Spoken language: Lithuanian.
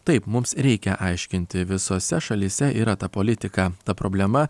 taip mums reikia aiškinti visose šalyse yra ta politika ta problema